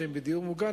שהם בדיור מוגן,